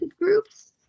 groups